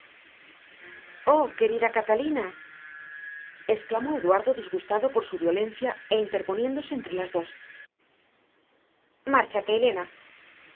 querida catalina exclamó eduardo disgustado por su violencia e interponiéndose entre las dos márchate elena